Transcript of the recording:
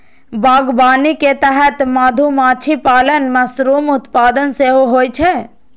बागवानी के तहत मधुमाछी पालन, मशरूम उत्पादन सेहो होइ छै